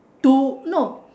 two no